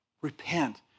Repent